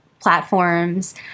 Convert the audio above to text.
platforms